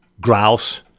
grouse